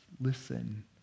listen